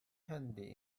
handy